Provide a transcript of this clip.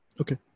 Okay